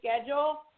schedule